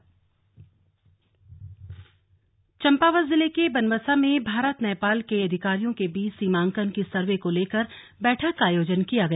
Indo Nepal meeting Champawat जिले के बनबसा में भारत नेपाल के अधिकारियों के बीच सीमांकन की सर्व को लेकर बैठक का आयोजन किया गया